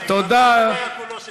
כל אחר-הצהריים, העונג היה כולו שלי.